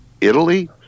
Italy